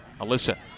Alyssa